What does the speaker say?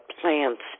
plants